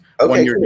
Okay